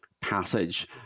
passage